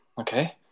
Okay